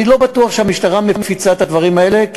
אני לא בטוח שהמשטרה מפיצה את הדברים האלה.